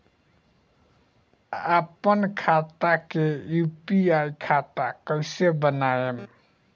आपन खाता के यू.पी.आई खाता कईसे बनाएम?